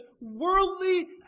worldly